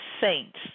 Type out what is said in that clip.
saints